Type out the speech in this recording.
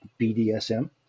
BDSM